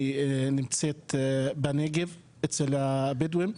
היא נמצאת בנגב אצל הבדואים,